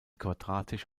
quadratisch